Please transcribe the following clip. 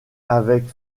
avec